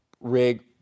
rig